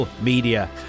media